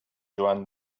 joan